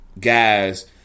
guys